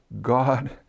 God